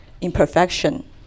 imperfection